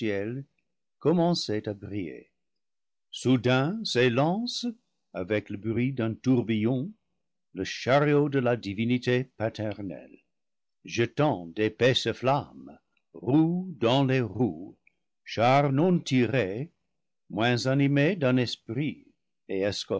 commençait à briller soudain s'élance avec le bruit d'un tourbillon le chariot de la divinité paternelle jetant d'é paisses flammes roues dans les roues char non tiré moins animé d'un esprit et